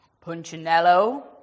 Punchinello